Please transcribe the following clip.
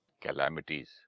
calamities